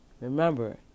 Remember